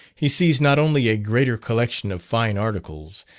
he sees not only a greater collection of fine articles,